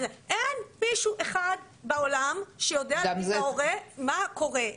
אין מישהו אחד בעולם שיודע להגיד להורה מה קורה,